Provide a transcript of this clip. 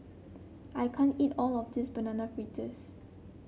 I can't eat all of this Banana Fritters